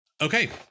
Okay